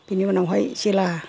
बिनि उनावहाय जेला